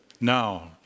Now